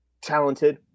talented